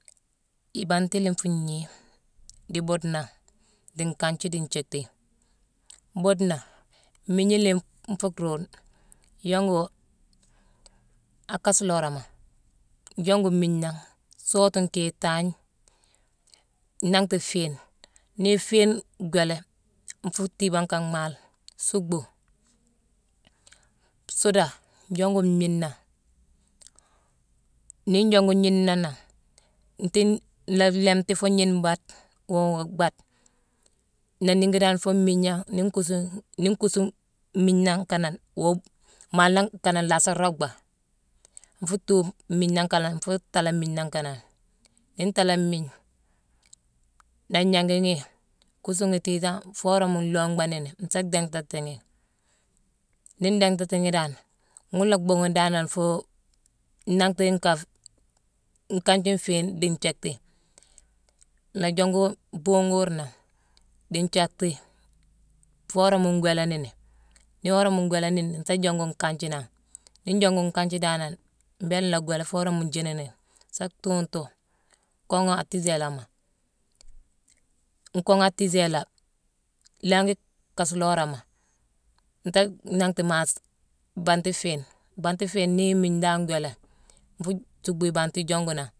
Ibanti la nfuu gnii, dii buudena, dii nkanthi, dii nthiéckti. Buudena, miigna la nfuu ruune yongu a kaasulorama, jongu mmiigne nangh, soowoti nkéé itangne, nanghti fiina. Ni fiine gwéélé, nfuu tiibame nka mhale, suckbu, sooda, jongu ngnina. Ni njongu ngnina nangh, ntii-nlaa limti foo ngnine mbaade oo ngo baade. Nlaa niingi dan foo mmiigna, nii nkuusu-ni nkuusu mmiigne nangh kanane-wob-male nangh kanane nlaasa roobba. Nfu thuu mmiigne nangh kaanane nfu taalé mmiigne kanane. Ni ntaalé mmiigne, nlaa gnangi ghi, kuusu ghi tiitangh foo worama nlomba nini, nsaa dhintatighi. Ni ndintatighi, ghune nlhaa danane foo nnanghti nkaa nkanji fiine dii nthiéckti. Nlaa jongu buugu wur nangh, dii nthiéckti, foo worama ngwéélé nini. Nii worama ngwéélé nini, nsaa jongu nkanji nangh. Nii njongu nkanji danane, mbééla nlaa gwéélé foo worama njiini ni, sa tuungtu, kooghé a tiiséléma. Nkooghé a tiisélé, langhi kaasulorama, ntéé nanghti mass banti fiina. Banti fiina ni mmiigne dan gwéélé, nfuu suckbu ibanti jongu nangh.